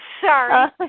Sorry